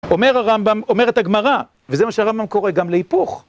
אומר הרמב״ם, אומרת הגמרא, וזה מה שהרמב״ם קורא גם להיפוך.